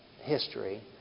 history